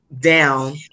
down